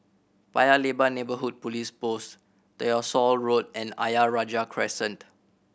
Paya Lebar Neighbourhood Police Post Tyersall Road and Ayer Rajah Crescent